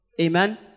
Amen